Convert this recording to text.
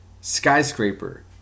Skyscraper